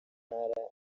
ntara